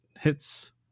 hits